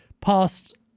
past